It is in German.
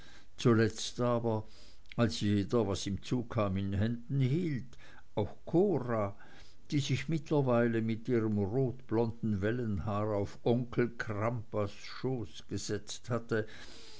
zuletzt aber als jeder was ihm zukam in händen hielt auch cora die sich mittlerweile mit ihrem rotblonden wellenhaar auf onkel crampas schoß gesetzt hatte